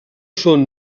són